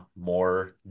more